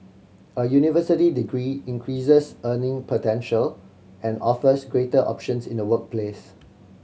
a university degree increases earning potential and offers greater options in the workplace